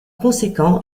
conséquent